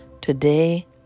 today